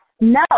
No